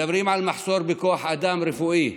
מדברים על מחסור בכוח אדם רפואי.